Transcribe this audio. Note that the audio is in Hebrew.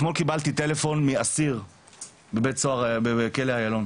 אתמול קיבלתי טלפון מאסיר בבית סוהר בכלא איילון,